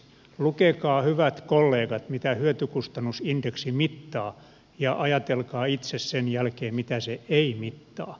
lukekaa hyvät kollegat mitä hyötykustannusindeksi mittaa ja ajatelkaa itse sen jälkeen mitä se ei mittaa